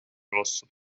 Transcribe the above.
розсуд